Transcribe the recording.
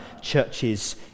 churches